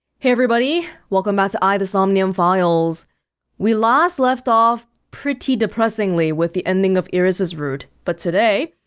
hey everybody, welcome back to ai the somnium files we last left off pretty depressingly with the ending of iris' route but today,